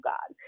God